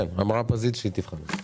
אמרה פזית שהיא תבחן את זה.